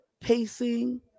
pacing